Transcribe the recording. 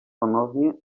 ponownie